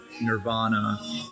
Nirvana